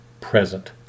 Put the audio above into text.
present